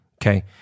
okay